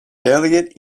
elliot